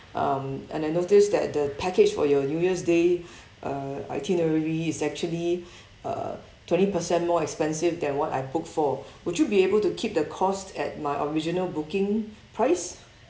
um and I noticed that the package for your new year's day uh itinerary is actually uh twenty percent more expensive than what I booked for would you be able to keep the cost at my original booking price